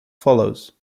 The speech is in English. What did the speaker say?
follows